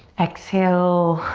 exhale,